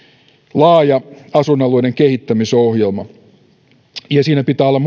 laaja asuinalueiden kehittämisohjelma siinä pitää olla